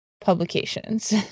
publications